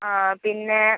ആ പിന്നെ